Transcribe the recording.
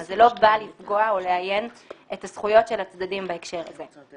אז זה לא בא לפגוע או לאיין את הזכויות של הצדדים בהקשר הזה.